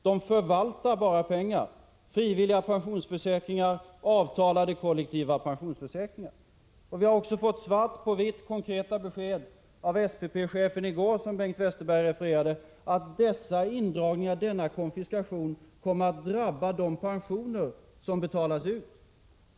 De bara förvaltar pengar: frivilliga pensionsförsäkringar, avtalade kollektiva pensionsförsäkringar. Vi har också fått svart på vitt, konkreta besked av SPP-chefen i går, som Bengt Westerberg refererade, att dessa indragningar, denna konfiskation, kommer att drabba de pensioner som betalas ut.